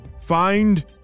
find